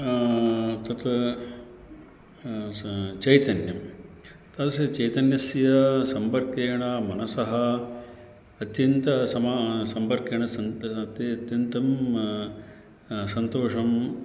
तत् चैतन्यं तस्य चैतन्यस्य सम्पर्केण मनसः अत्यन्त सम सम्पर्केण सन्ति अत्यन्तं सन्तोषं